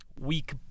weak